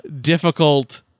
difficult